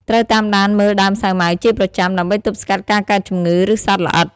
ត្រូវតាមដានមើលដើមសាវម៉ាវជាប្រចាំ ដើម្បីទប់ស្កាត់ការកើតជំងឺ ឬសត្វល្អិត។